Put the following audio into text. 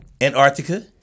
Antarctica